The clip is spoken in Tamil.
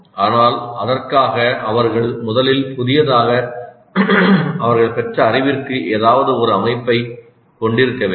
ஆனால் அதற்காக அவர்கள் முதலில் புதியதாக அவர்கள் பெற்ற அறிவிற்கு ஏதாவது ஒரு அமைப்பைக் கொண்டிருக்க வேண்டும்